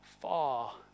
far